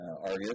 Argus